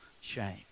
shame